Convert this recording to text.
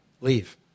Leave